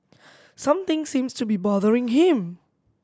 something seems to be bothering him